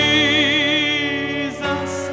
Jesus